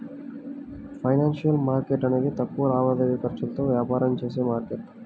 financial market అనేది తక్కువ లావాదేవీ ఖర్చులతో వ్యాపారం చేసే మార్కెట్